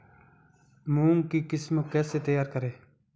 मूंग की किस्म कैसे तैयार करें?